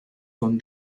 con